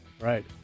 right